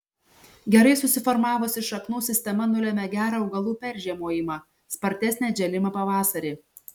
gerai susiformavusi šaknų sistema nulemia gerą augalų peržiemojimą spartesnį atžėlimą pavasarį